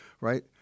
right